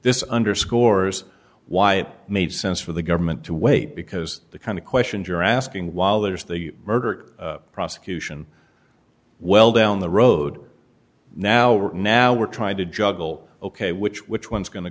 this underscores why it made sense for the government to wait because the kind of questions you're asking while there's the murder prosecution well down the road now right now we're trying to juggle ok which which one's going to